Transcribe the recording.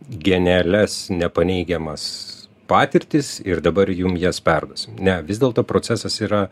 genialias nepaneigiamas patirtis ir dabar jum jas perduosim ne vis dėlto procesas yra